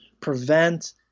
prevent